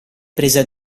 presa